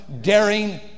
daring